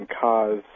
cause